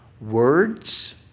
words